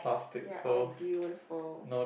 they are all beautiful